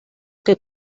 que